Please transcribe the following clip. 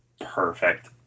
perfect